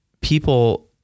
people